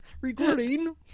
Recording